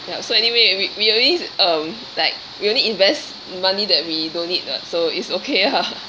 ya so anyway we we always um like we only invest money that we don't need lah so it's okay lah